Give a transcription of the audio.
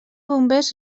bombers